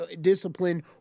discipline